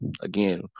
again